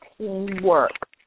teamwork